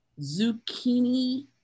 zucchini